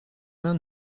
mains